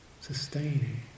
sustaining